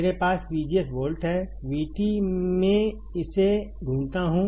मेरे पास VGS volt है VT मैं इसे ढूंढता हूं